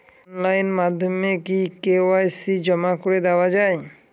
Online মাধ্যমে কি KYC জমা করে দেওয়া য়ায়?